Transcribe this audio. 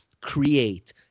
create